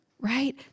right